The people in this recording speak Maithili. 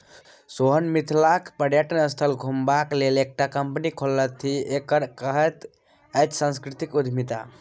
सोहन मिथिलाक पर्यटन स्थल घुमेबाक लेल एकटा कंपनी खोललथि एकरे कहैत अछि सांस्कृतिक उद्यमिता